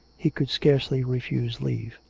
he could scarcely refuse leave.